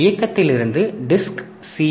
இயக்ககத்திலிருந்து disk C